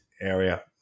area